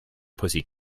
pussy